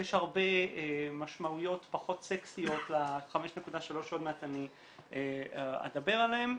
יש הרבה משמעויות פחות סקסיות ל-5.3 שעוד מעט אדבר עליהן,